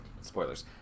Spoilers